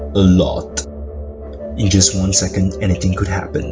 alot in just one second, anything could happen